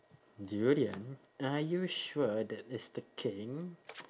durian are you sure that is the king